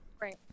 Right